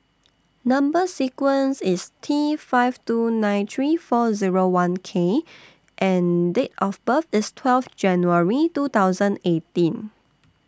Number sequence IS T five two nine three four Zero one K and Date of birth IS twelve January two thousand eighteen